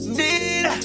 need